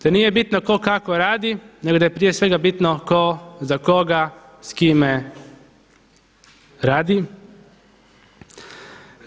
Da nije bitno tko kako radi, nego da je prije svega bitno tko za koga, s kime radi.